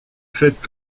faites